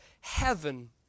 heaven